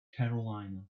carolina